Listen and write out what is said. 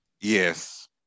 Yes